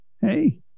Hey